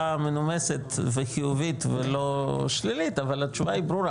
מנומסת וחיובית ולא שלילית אבל התשובה היא ברורה